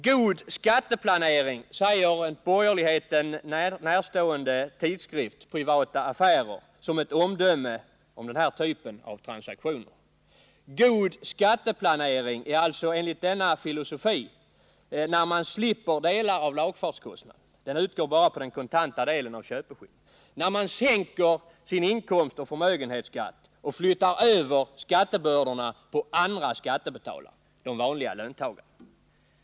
God skatteplanering, säger en borgerligheten närstående tidskrift, Privata Affärer, som ett omdöme om den här typen av transaktioner. God skatteplanering är alltså enligt denna filosofi när man slipper delar av lagfartskostnaden — den utgår bara på den kontanta delen av köpeskillingen — liksom när man sänker sin inkomstoch förmögenhetsskatt och flyttar över skattebördorna på andra skattebetalare, de vanliga löntagarna.